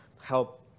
help